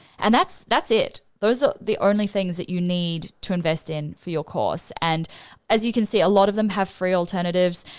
and that's that's it, those are the only things that you need to invest in for your course, and as you can see, a lot of them have free alternatives.